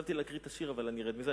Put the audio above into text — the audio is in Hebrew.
חשבתי להקריא את השיר, אבל אני ארד מזה.